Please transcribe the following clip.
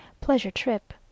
pleasure-trip